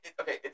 Okay